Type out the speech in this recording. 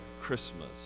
Christmas